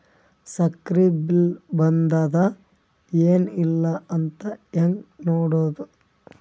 ಸಕ್ರಿ ಬಿಲ್ ಬಂದಾದ ಏನ್ ಇಲ್ಲ ಅಂತ ಹೆಂಗ್ ನೋಡುದು?